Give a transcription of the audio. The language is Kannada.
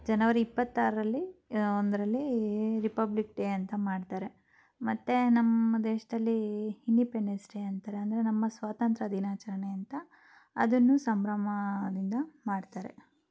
ಜನವರಿ ಇಪ್ಪತ್ತಾರರಲ್ಲಿ ಒಂದರಲ್ಲಿ ರಿಪಬ್ಲಿಕ್ ಡೇ ಅಂತ ಮಾಡ್ತಾರೆ ಮತ್ತು ನಮ್ಮ ದೇಶದಲ್ಲಿ ಇಂಡಿಪೆಂಡೆನ್ಸ್ ಡೇ ಅಂತಾರೆ ಅಂದರೆ ನಮ್ಮ ಸ್ವಾತಂತ್ರ್ಯ ದಿನಾಚರಣೆ ಅಂತ ಅದನ್ನೂ ಸಂಭ್ರಮದಿಂದ ಮಾಡ್ತಾರೆ